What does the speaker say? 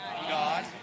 God